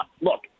look